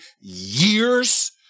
years